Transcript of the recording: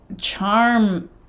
charm